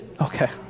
Okay